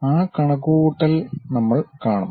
ആ കണക്കുകൂട്ടൽ നമ്മൾ കാണും